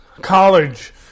college